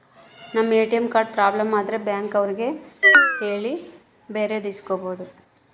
ನಮ್ ATM card problem ಆದ್ರೆ bank ಅವ್ರಿಗೆ ಹೇಳಿ ಬೇರೆದು ಇಸ್ಕೊಬೋದು